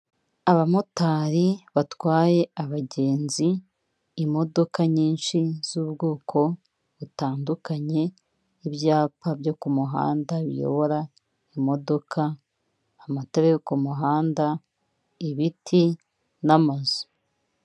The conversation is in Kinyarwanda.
Abamotari batwaye abagenzi, imodoka nyinshi z'ubwoko butandukanye, ibyapa byo ku muhanda biyobora imodoka, amatara yo ku muhanda, ibiti n'amazu.